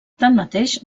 tanmateix